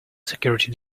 security